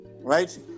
right